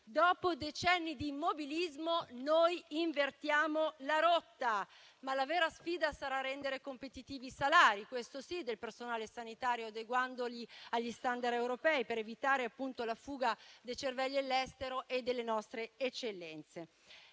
Dopo decenni di immobilismo, noi invertiamo la rotta. Ma la vera sfida sarà rendere competitivi i salari, questo sì, del personale sanitario, adeguandoli agli *standard* europei per evitare la fuga all'estero dei cervelli e delle nostre eccellenze.